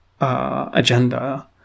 agenda